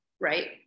right